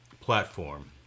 platform